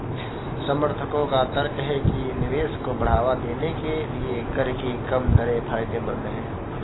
समर्थकों का तर्क है कि निवेश को बढ़ावा देने के लिए कर की कम दरें फायदेमंद हैं